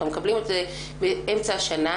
הם מקבלים את זה באמצע השנה,